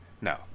No